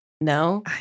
no